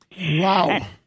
Wow